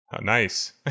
Nice